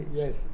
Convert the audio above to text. yes